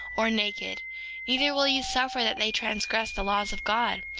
or naked neither will ye suffer that they transgress the laws of god,